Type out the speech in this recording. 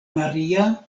maria